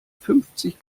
fünfzig